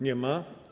Nie ma.